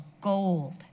gold